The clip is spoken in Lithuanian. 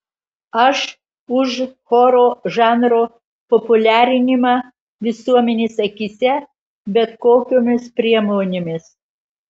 aš už choro žanro populiarinimą visuomenės akyse bet kokiomis priemonėmis